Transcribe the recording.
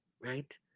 right